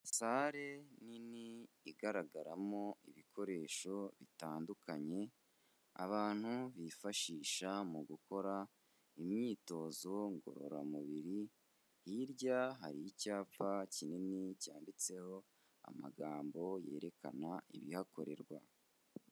Salle nini igaragaramo ibikoresho bitandukanye, abantu bifashisha mu gukora imyitozo ngororamubiri, hirya hari icyapa kinini cyanditseho amagambo yerekana ibihakorerwa.